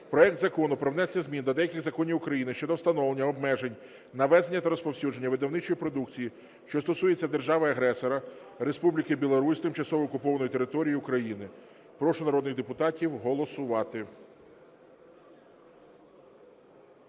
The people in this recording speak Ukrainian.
проект Закону про внесення змін до деяких законів України щодо встановлення обмежень на ввезення та розповсюдження видавничої продукції, що стосується держави-агресора, Республіки Білорусь, тимчасово окупованої території України. Прошу народних депутатів голосувати.